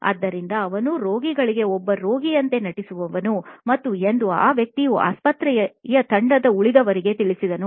ಆದ್ದರಿಂದ ಅವನು ರೋಗಿಗಳಲ್ಲಿ ಒಬ್ಬ ರೋಗಿನಂತೆ ನಟಿಸುವನು ಮತ್ತು ಎಂದು ಈ ವ್ಯಕ್ತಿಯು ಆಸ್ಪತ್ರೆಯ ತಂಡದ ಉಳಿದವರಿಗೆ ತಿಳಿಸಿದನು